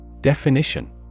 Definition